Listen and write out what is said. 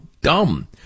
dumb